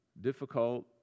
difficult